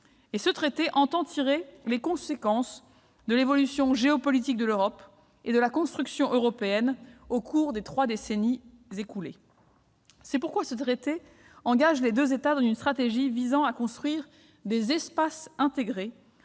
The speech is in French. Ce traité entend tirer les conséquences de l'évolution géopolitique de l'Europe et de la construction européenne au cours des trois dernières décennies. Ce texte engage donc nos deux États dans une stratégie visant à construire des espaces intégrés